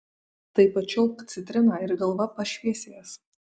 tai pačiulpk citriną ir galva pašviesės